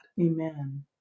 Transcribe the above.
Amen